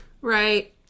Right